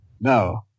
No